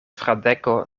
fradeko